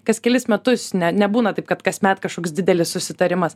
kas kelis metus ne nebūna taip kad kasmet kažkoks didelis susitarimas